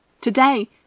Today